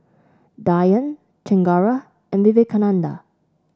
Dhyan Chengara and Vivekananda